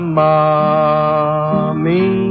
mommy